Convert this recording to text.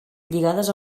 lligades